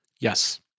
Yes